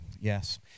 Yes